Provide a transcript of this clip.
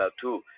two